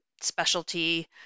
specialty